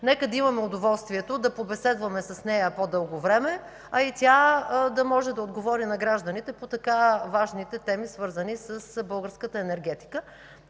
нека да имаме удоволствието да побеседваме с нея по-дълго време, а и тя да може да отговори на гражданите по така важните теми, свързани с българската енергетика.